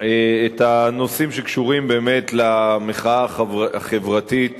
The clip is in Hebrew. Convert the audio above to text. הנושאים שקשורים באמת למחאה החברתית